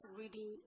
reading